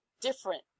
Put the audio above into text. different